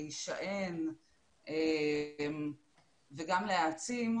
להישען וגם להעצים,